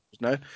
no